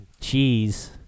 cheese